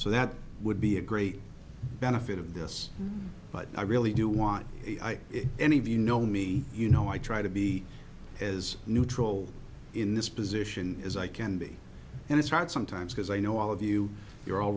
so that would be a great benefit of this but i really do want any of you know me you know i try to be as neutral in this position as i can be and it's hard sometimes because i know all of you you're all